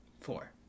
Four